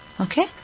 Okay